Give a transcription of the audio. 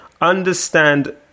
Understand